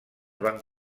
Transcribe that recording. van